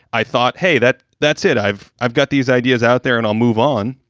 i thought, hey, that that's it. i've i've got these ideas out there and i'll move on.